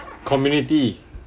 community